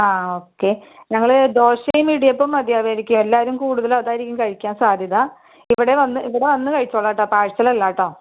ആ ഓക്കെ ഞങ്ങൾ ദോശയും ഇടിയപ്പവും മതിയാകുമായിരിക്കും എല്ലാവരും കൂടുതല് അതായിരിക്കും കഴിക്കാൻ സാധ്യത ഇവിടെ വന്ന് ഇവിടെ വന്നു കഴിച്ചോളാം കേട്ടോ പാർസൽ അല്ല കേട്ടോ